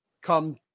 come